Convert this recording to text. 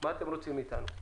מה אתם רוצים מאיתנו?